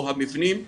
או המבנים האלה,